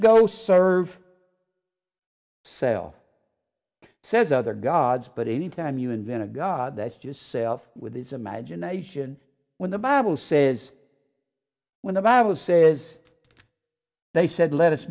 go serve sell says other gods but any time you invent a god that's just self with his imagination when the bible says when the bible says they said let us